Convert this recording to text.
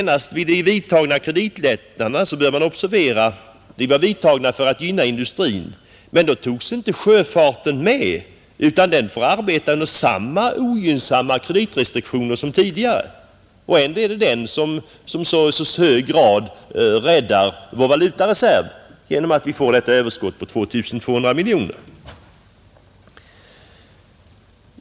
När kreditlättnader nyligen infördes för att gynna industrin togs inte sjöfarten med, utan den får arbeta under samma ogynnsamma kreditrestriktioner som tidigare, fastän det ändå i hög grad är den som räddar vår valutareserv genom detta överskott på 2 200 miljoner.